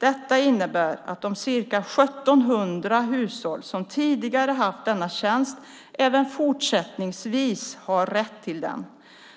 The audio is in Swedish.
Detta innebär att de ca 1 700 hushåll som tidigare haft denna tjänst även fortsättningsvis har rätt till den.